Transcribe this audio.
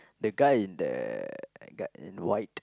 the guy in the the guy in the white